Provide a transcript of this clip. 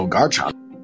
Garchomp